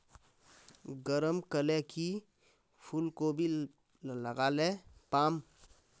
गरम कले की फूलकोबी लगाले पाम?